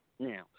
Now